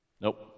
nope